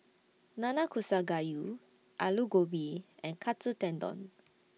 Nanakusa Gayu Alu Gobi and Katsu Tendon